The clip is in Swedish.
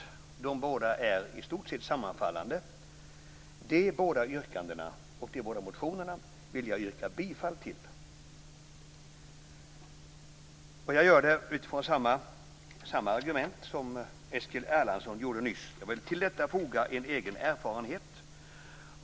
De båda är i stort sett sammanfallande. De båda yrkandena och de båda motionerna vill jag yrka bifall till. Jag gör det utifrån samma argument som Eskil Erlandsson använde nyss. Jag vill till detta foga en egen erfarenhet.